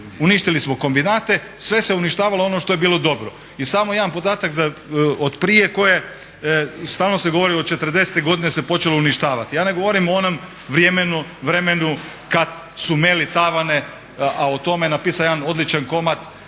Uništili smo kombinate, sve se uništavalo ono što je bilo dobro. I samo jedan podatak od prije, stalno ste govorili od '40. godine se počelo uništavati. Ja ne govorim o onom vremenu kad su meli tavane, a o tome napisao jedan odličan komad